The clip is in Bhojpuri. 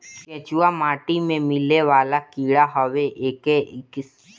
केचुआ माटी में मिलेवाला कीड़ा हवे एके किसान मित्र भी कहल जाला